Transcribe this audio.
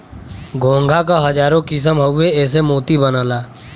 घोंघा क हजारो किसम हउवे एसे मोती बनला